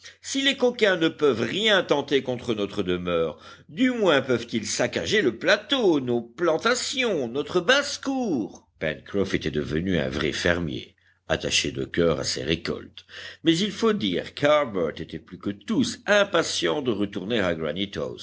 si les coquins ne peuvent rien tenter contre notre demeure du moins peuvent-ils saccager le plateau nos plantations notre basse-cour pencroff était devenu un vrai fermier attaché de coeur à ses récoltes mais il faut dire qu'harbert était plus que tous impatient de retourner à